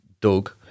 Doug